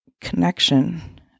connection